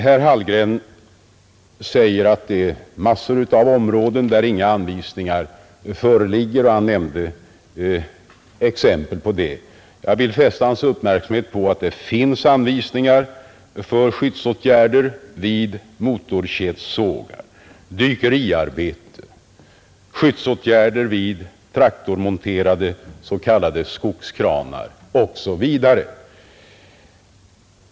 Herr Hallgren säger att det är massor av områden där inga anvisningar föreligger. Han nämnde exempel på det. Jag vill fästa hans uppmärksamhet på att det finns anvisningar för skyddsåtgärder vid motorkedjesågar, i dykeriarbete, skyddsåtgärder vid traktormonterade s. k,. skogskranar osv.